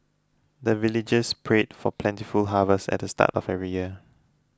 the villagers pray for plentiful harvest at the start of every year